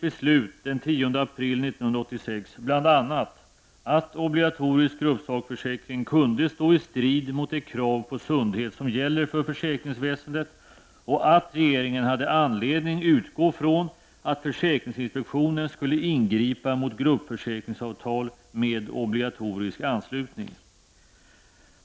bl.a. att obligatorisk gruppsakförsäkring kunde stå i strid mot de krav på sundhet som gäller för försäkringsväsendet och att regeringen hade anledning utgå från att försäkringsinspektionen skulle ingripa mot gruppförsäkringsavtal med obligatorisk anslutning.